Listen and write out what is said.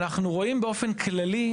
אנו רואים באופן כללי,